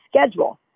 schedule